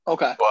Okay